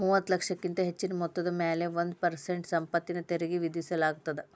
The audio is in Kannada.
ಮೂವತ್ತ ಲಕ್ಷಕ್ಕಿಂತ ಹೆಚ್ಚಿನ ಮೊತ್ತದ ಮ್ಯಾಲೆ ಒಂದ್ ಪರ್ಸೆಂಟ್ ಸಂಪತ್ತಿನ ತೆರಿಗಿ ವಿಧಿಸಲಾಗತ್ತ